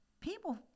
people